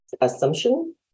assumption